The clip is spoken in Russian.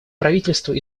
правительство